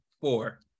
four